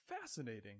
Fascinating